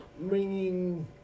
bringing